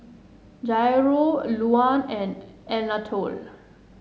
Jairo Luann and Anatole